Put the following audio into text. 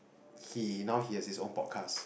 he now he has his own podcast